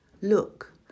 Look